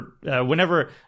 whenever